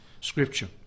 Scripture